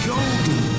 Golden